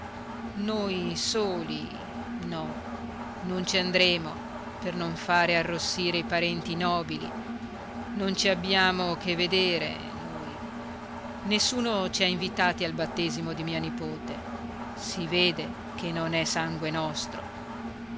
noi soli no non ci andremo per non fare arrossire i parenti nobili non ci abbiamo che vedere noi nessuno ci ha invitati al battesimo di mia nipote si vede che non è sangue nostro